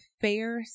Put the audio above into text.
Fair